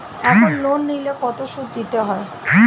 এখন লোন নিলে কত সুদ দিতে হয়?